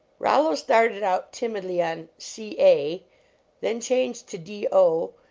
rollo started out timidly on c a then changed to d o,